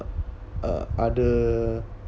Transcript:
uh other